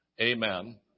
Amen